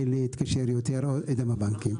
אולי יהיה אפשר לתקשר יותר עם הבנקים.